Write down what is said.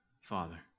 Father